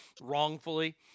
wrongfully